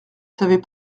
savez